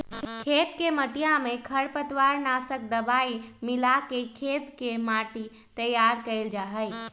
खेत के मटिया में खरपतवार नाशक दवाई मिलाके खेत के मट्टी तैयार कइल जाहई